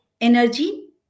Energy